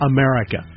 America